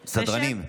סדרנים,